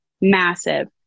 Massive